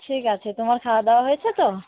ঠিক আছে তোমার খাওয়া দাওয়া হয়েছে তো